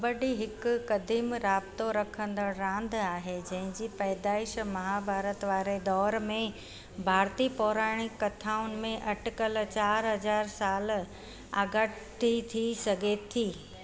कॿडी हिकु कदीम राब्तो रखंदड़ु रांदि आहे जंहिं जी पैदाइश महाभारत वारे दौर में भारती पौराणिक कथाउनि में अटिकल चारि हज़ार साल आॻाटी थी सघे थी